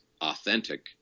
authentic